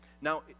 Now